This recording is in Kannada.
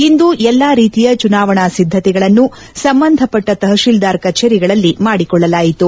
ಇಂದು ಎಲ್ಲಾ ರೀತಿಯ ಚುನಾವಣಾ ಸಿದ್ದತೆಗಳನ್ನು ಸಂಬಂಧಪಟ್ಟ ತಹತೀಲ್ದಾರ್ ಕಛೇರಿಗಳಲ್ಲಿ ಮಾಡಿಕೊಳ್ಳಲಾಯಿತು